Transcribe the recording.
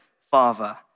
father